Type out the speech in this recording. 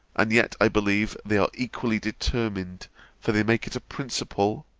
and yet, i believe, they are equally determined for they make it a principle,